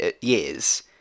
years